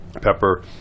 pepper